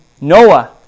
Noah